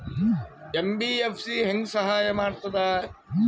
MBFC ಹೆಂಗ್ ಸಹಾಯ ಮಾಡ್ತದ?